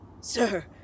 sir